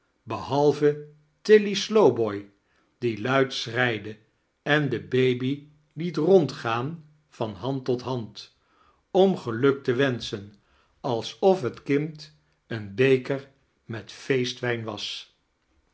behalve tilly slowboy die luid schreide en de baby liet rondgaan van hand tot hand om geluk te wenschen alsof het kind een beketr met feestwijn was